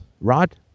Rod